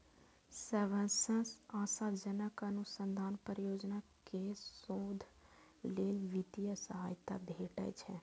सबसं आशाजनक अनुसंधान परियोजना कें शोध लेल वित्तीय सहायता भेटै छै